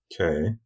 Okay